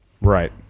Right